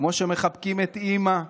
כמו שמחבקים את אימא.